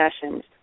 sessions